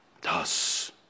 Thus